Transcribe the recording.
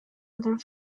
other